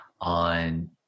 on